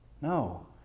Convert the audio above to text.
No